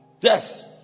Yes